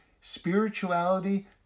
spirituality